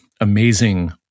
amazing